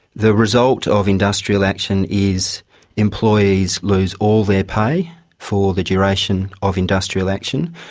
the result of industrial action is employees lose all their pay for the duration of industrial action,